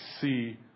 see